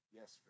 Yes